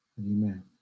Amen